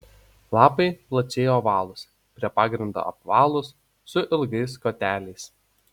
lapai plačiai ovalūs prie pagrindo apvalūs su ilgais koteliais